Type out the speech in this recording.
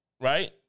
right